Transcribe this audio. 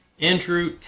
Andrew